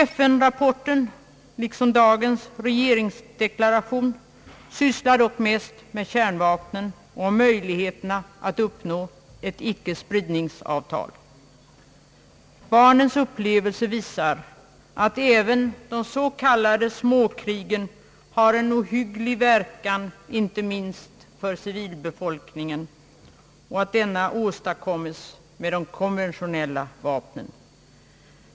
FN-rapporten, liksom dagens regeringsdeklaration, sysslar dock mest med kärnvapen och möjligheterna att uppnå ett icke-spridningsavtal. Barnens upplevelser visar, att även de s.k. småkrigen har en ohygglig verkan inte minst för civilbefolkningen och att denna åstadkommes med de konventionella vapnen.